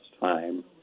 time